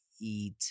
eat